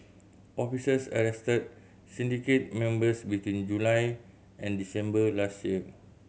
officers arrested syndicate members between July and December last year